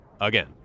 again